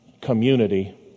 community